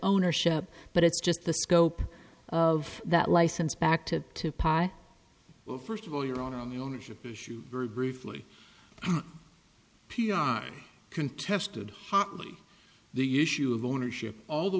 ownership but it's just the scope of that license back to to well first of all you're wrong on the ownership issue very briefly p r t contested hotly the issue of ownership all the